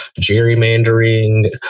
gerrymandering